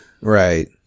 right